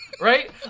right